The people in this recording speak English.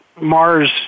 Mars